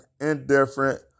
indifferent